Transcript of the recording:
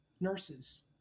nurses